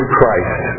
Christ